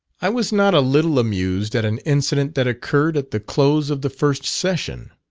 i was not a little amused at an incident that occurred at the close of the first session.